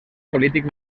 polític